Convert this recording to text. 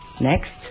Next